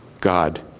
God